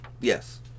Yes